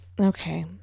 okay